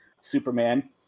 Superman